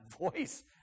voice